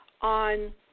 on